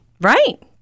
Right